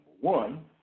one